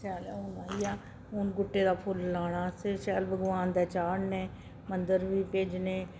स्याला हून आई गेआ ऐ हून गुट्टे दे फुल्ल लाने असें शैल भगोआन दे चाढ़ने मंदर भी भेजने